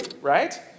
right